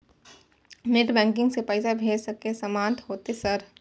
Net banking से पैसा भेज सके सामत होते सर?